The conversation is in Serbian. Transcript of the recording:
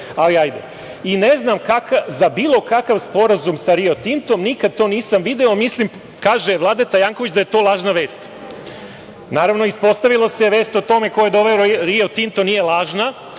ali hajde, i ne znam za bilo kakav sporazum sa „Rio Tintom“, nikada to nisam video. Kaže Vladeta Janković da je to lažna vest. Naravno, ispostavilo se da vest o tome ko je doveo „Rio Tinto“ nije lažna,